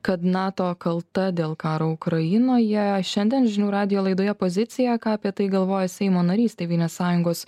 kad nato kalta dėl karo ukrainoje šiandien žinių radijo laidoje pozicija ką apie tai galvoja seimo narys tėvynės sąjungos